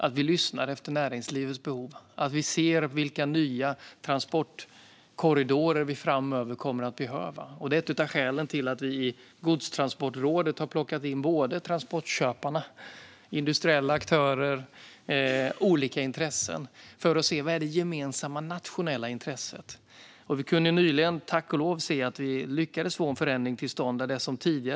Vi ska lyssna efter näringslivets behov och se vilka nya transportkorridorer som vi kommer att behöva framöver. Det är ett av skälen till att vi i godstransportrådet har plockat in både transportköparna, industriella aktörer och olika intressen för att se vad som är det gemensamma nationella intresset. Nyligen kunde vi tack och lov få en förändring till stånd.